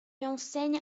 enseigne